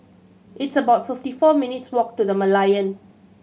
it's about fifty four minutes' walk to The Merlion